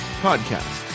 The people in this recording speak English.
podcast